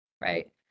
right